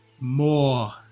more